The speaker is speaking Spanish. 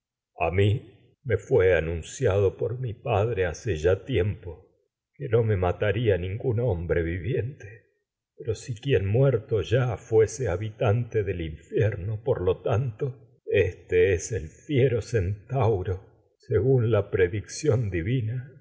a mi me fué anunciado mi padre hace bre ya tiempo que no me mataría ningún hom si quien muerto ya fuese habitante viviente infierno pero del por lo tanto éste así es el fiero centauro se gún la predicción divina